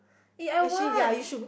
eh I want